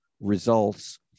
results